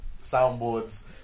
soundboards